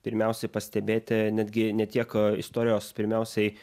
pirmiausiai pastebėti netgi ne tiek istorijos pirmiausiai